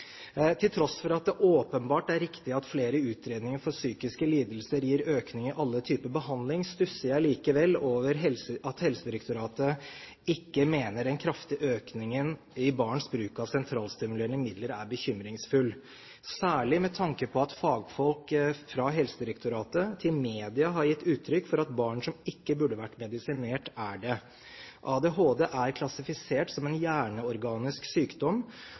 Til tross for at det åpenbart er riktig at flere utredninger for psykiske lidelser gir økning i alle typer behandling, stusser jeg likevel over at Helsedirektoratet ikke mener den kraftige økningen i barns bruk av sentralstimulerende midler er bekymringsfull, særlig med tanke på at fagfolk fra Helsedirektoratet til media har gitt uttrykk for at barn som ikke burde vært medisinert, er det. ADHD er klassifisert som en hjerneorganisk sykdom,